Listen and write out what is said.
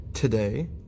Today